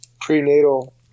Prenatal